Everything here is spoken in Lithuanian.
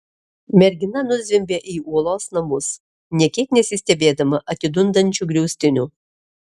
mergina nuzvimbė į uolos namus nė kiek nesistebėdama atidundančiu griaustiniu